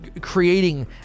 creating